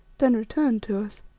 then returned to us.